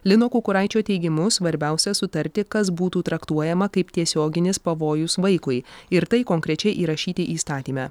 lino kukuraičio teigimu svarbiausia sutarti kas būtų traktuojama kaip tiesioginis pavojus vaikui ir tai konkrečiai įrašyti įstatyme